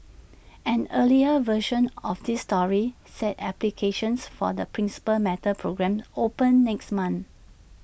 an earlier version of this story said applications for the Principal Matters programme open next month